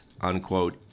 unquote